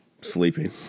sleeping